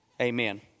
amen